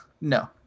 no